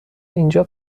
اینجا